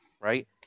right